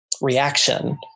reaction